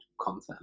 content